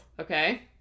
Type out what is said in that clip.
Okay